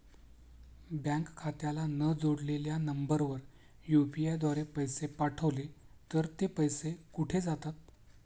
Bank खात्याला न जोडलेल्या नंबरवर यु.पी.आय द्वारे पैसे पाठवले तर ते पैसे कुठे जातात?